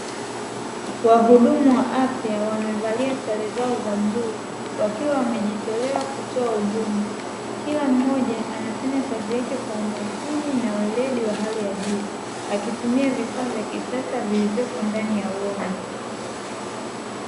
Wahudumu wa afya wamevalia sare zao za bluu wakiwa wamejitolea kutoa huduma, kila mmoja anafanya kazi yake kwa makini na weledi wa hali ya juu, akitumia vifaa vya kisasa vilivyopo ndani ya wodi.